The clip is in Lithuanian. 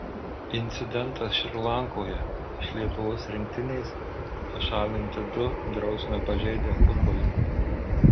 incidentas šri lankoje iš lietuvos rinktinės pašalinti du drausmę pažeidę futbolininkai